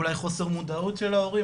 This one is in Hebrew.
אולי חוסר מודעות של ההורים,